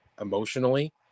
emotionally